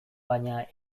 baina